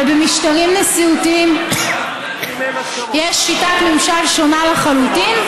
ובמשטרים נשיאותיים יש שיטת ממשל שונה לחלוטין,